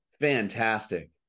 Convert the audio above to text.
fantastic